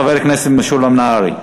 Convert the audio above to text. חבר הכנסת משולם נהרי,